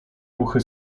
ruchy